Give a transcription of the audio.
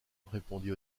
répondit